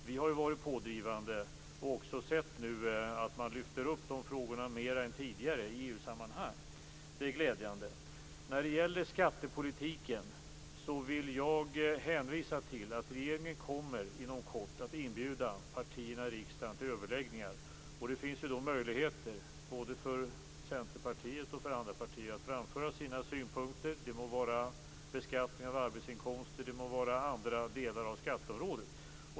Vi har ju varit pådrivande och också sett att man lyfter fram de frågorna mer än tidigare i EU sammanhang. Det är glädjande. När det gäller skattepolitiken vill jag hänvisa till att regeringen inom kort kommer att inbjuda partierna i riksdagen till överläggningar. Det finns då möjlighet både för Centerpartiet och andra partier att framföra sina synpunkter. Det må gälla beskattning av arbetsinkomster eller andra delar av skatteområdet.